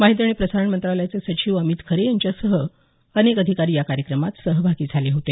माहिती आणि प्रसारण मंत्रालयाचे सचिव अमित खरे यांच्यासह अनेक अधिकारी या कार्यक्रमात सहभागी झाले होते